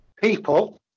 people